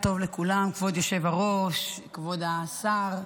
כבוד היושב-ראש, כבוד השר,